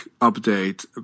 update